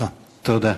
תודה.